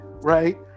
right